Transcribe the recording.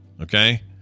Okay